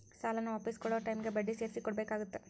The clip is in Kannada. ಸಾಲಾನ ವಾಪಿಸ್ ಕೊಡೊ ಟೈಮಿಗಿ ಬಡ್ಡಿ ಸೇರ್ಸಿ ಕೊಡಬೇಕಾಗತ್ತಾ